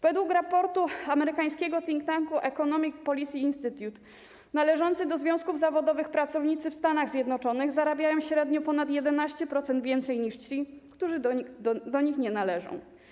Według raportu amerykańskiego think tanku Economic Policy Institute należący do związków zawodowych pracownicy w Stanach Zjednoczonych zarabiają średnio o ponad 11% więcej niż ci, którzy do nich nie należą.